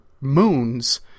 moons